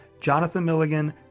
JonathanMilligan